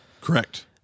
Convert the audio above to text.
Correct